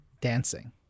dancing